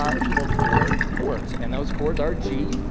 ah if you know four chords, and those chords are g,